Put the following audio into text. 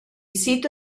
sito